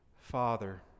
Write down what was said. Father